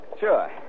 Sure